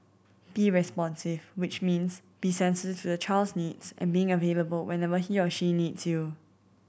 be responsive which means be sensitive to the child's needs and being available whenever he or she needs you